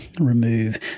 remove